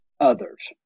others